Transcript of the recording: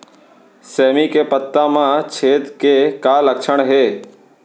सेमी के पत्ता म छेद के का लक्षण हे?